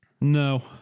No